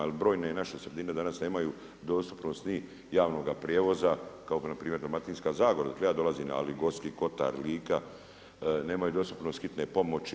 Jer brojne naše sredine danas nemaju dostupnost ni javnoga prijevoza kao na primjer Dalmatinska zagora odakle ja dolazim, ali Gorski kotar, Lika nemaju dostupnost Hitne pomoći.